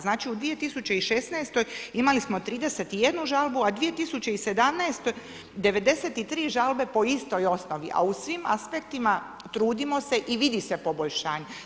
Znači u 2016. imali smo 31 žalbu, a 2017. 93 žalbe po istoj osnovi, a u svim aspektima trudimo se i vidi se poboljšanje.